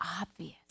obvious